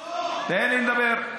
תן לי להסביר.